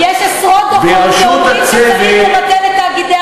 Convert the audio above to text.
למה צריך עוד צוות?